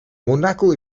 monaco